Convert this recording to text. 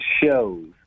shows